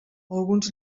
alguns